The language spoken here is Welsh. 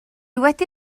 wedi